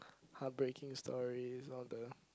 heartbreaking stories all the